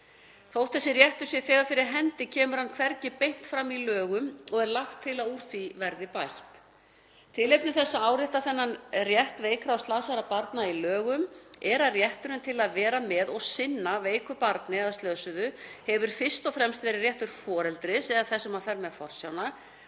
Þótt þessi réttur sé þegar fyrir hendi kemur hann hvergi beint fram í lögum og er lagt til að úr því verði bætt. Tilefni þess að árétta þennan rétt veikra og slasaðra barna í lögum er að rétturinn til að vera með og sinna veiku eða slösuðu barni hefur fyrst og fremst verið réttur foreldris eða þess sem fer með forsjána